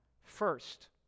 First